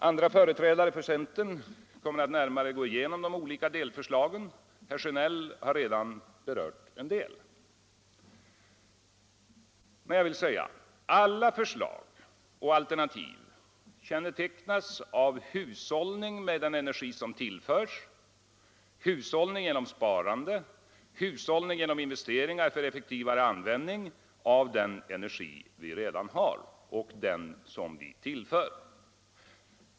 Andra företrädare för centern kommer att närmare gå igenom de olika delförslagen. Herr Sjönell har redan berört en del. Alla förslag och alternativ kännetecknas av hushållning med den energi som tillförs — hushållning genom sparande och genom investeringar för effektivare användning av den energi vi redan har och den som vi tillför.